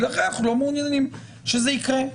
ולכן אנחנו לא מעוניינים שזה יקרה.